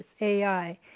AI